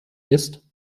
ist